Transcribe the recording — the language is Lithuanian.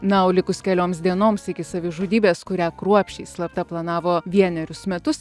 na o likus kelioms dienoms iki savižudybės kurią kruopščiai slapta planavo vienerius metus